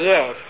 Yes